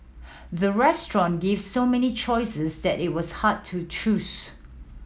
the restaurant gave so many choices that it was hard to choose